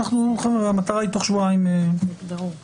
-- המטרה היא תוך שבועיים לסיים,